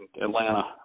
Atlanta